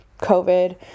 COVID